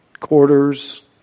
quarters